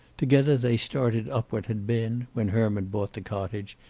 together they started up what had been, when herman bought the cottage,